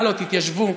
הלו, תתיישבו,